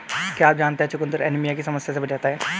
क्या आप जानते है चुकंदर एनीमिया की समस्या से बचाता है?